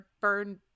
burn